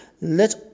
Let